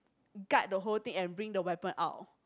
guard the whole thing and bring the weapon out